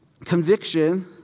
Conviction